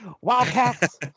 wildcats